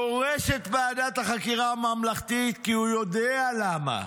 דורש את ועדת החקירה הממלכתית, כי הוא יודע למה: